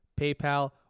PayPal